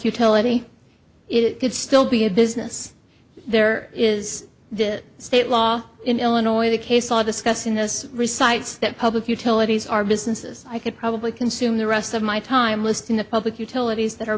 utility it could still be a business there is the state law in illinois the case law discussed in this recites that public utilities are businesses i could probably consume the rest of my time list in a public utilities that